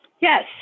Yes